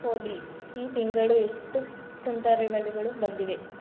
ಹೋಲಿ ಈ ತಿಂಗಳು ಎಷ್ಟು ಸುಂಟರಗಾಳಿಗಳು ಬಂದಿವೆ